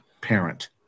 parent